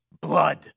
blood